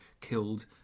killed